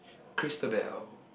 Christabel